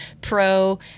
pro